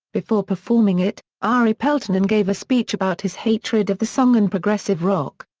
before performing it, ari peltonen gave a speech about his hatred of the song and progressive rock.